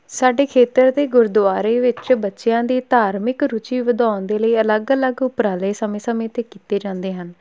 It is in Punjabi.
ਸਾਡੇ ਖੇਤਰ ਦੇ ਗੁਰਦੁਆਰੇ ਵਿੱਚ ਬੱਚਿਆਂ ਦੀ ਧਾਰਮਿਕ ਰੁਚੀ ਵਧਾਉਣ ਦੇ ਲਈ ਅਲੱਗ ਅਲੱਗ ਉਪਰਾਲੇ ਸਮੇਂ ਸਮੇਂ 'ਤੇ ਕੀਤੇ ਜਾਂਦੇ ਹਨ